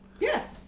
Yes